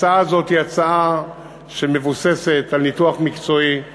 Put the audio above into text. הצעה זו היא הצעה שמבוססת על ניתוח מקצועי והיא